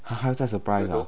还在 surprise ah